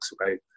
right